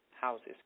houses